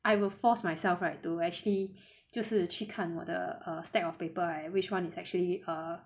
I will force myself right to actually 就是去看我的 uh stack of paper right which one is actually err